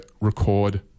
record